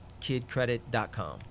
kidcredit.com